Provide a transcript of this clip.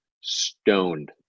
stoned